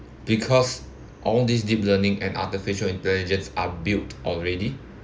because all these deep learning and artificial intelligence are built already